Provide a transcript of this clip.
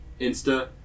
Insta